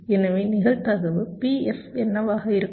எனவே நிகழ்தகவு Pf என்னவாக இருக்கும்